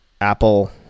Apple